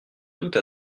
toute